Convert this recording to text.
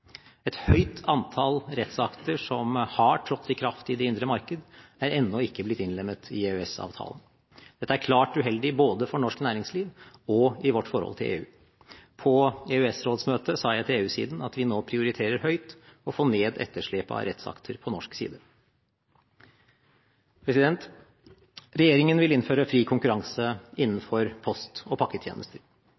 Et høyt antall rettsakter som har trådt i kraft i det indre marked, er ennå ikke blitt innlemmet i EØS-avtalen. Dette er klart uheldig, både for norsk næringsliv og for vårt forhold til EU. På EØS-rådets møte sa jeg til EU-siden at vi nå prioriterer høyt å få ned etterslepet av rettsakter på norsk side. Regjeringen vil innføre fri konkurranse